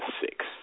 six